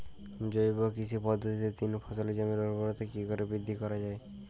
জৈব কৃষি পদ্ধতিতে তিন ফসলী জমির ঊর্বরতা কি করে বৃদ্ধি করা য়ায়?